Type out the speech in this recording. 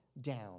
down